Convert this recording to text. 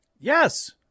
Yes